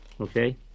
okay